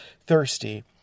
thirsty